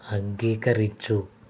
అంగీకరించు